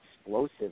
explosive